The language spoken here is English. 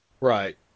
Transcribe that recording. right